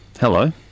Hello